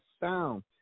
sound